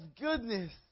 goodness